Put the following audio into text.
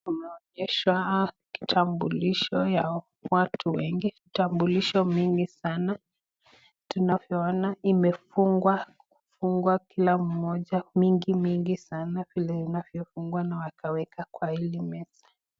Tumeonyeshwa kitambulisho ya watu wengi. Kitambulisho mingi sana tunavyoona imefungwa fungwa kila mmoja mingi mingi sana vile inavyofungwa na wakaweka kwa hili meza.